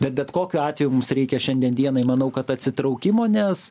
bet bet kokiu atveju reikia šiandien dienai manau kad atsitraukimo nes